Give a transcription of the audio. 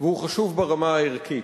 והוא חשוב ברמה הערכית.